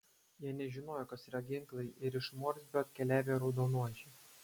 jie nežinojo kas yra ginklai ir iš morsbio atkeliavę raudonodžiai